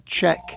check